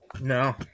No